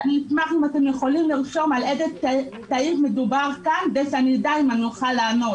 אשמח אם תוכלו לרשום על איזו תקנה דנים כדי שאדע אם אני יכולה לדבר.